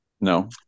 No